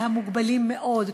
והמוגבלים מאוד,